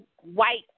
white